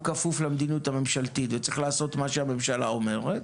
כפוף למדיניות הממשלתית וצריך לעשות מה שהממשלה אומרת,